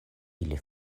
ili